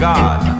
God